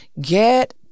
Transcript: get